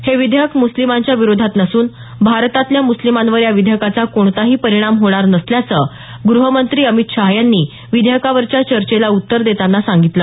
हे विधेयक मुस्लिमांच्या विरोधात नसून भारतातल्या मुस्लिमांवर या विधेयकाचा कोणताही परिणाम होणार नसल्याचं ग्रहमंत्री अमित शहा यांनी विधेयकावरच्या चर्चेला उत्तर देताना सांगितलं